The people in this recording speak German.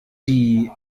die